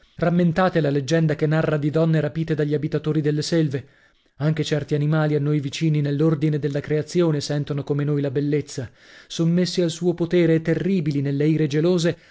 rammentate la leggenda che narra di donne rapite dagli abitatori delle selve anche certi animali a noi vicini nell'ordine della creazione sentono come noi la bellezza sommessi al suo potere e terribili nelle ire gelose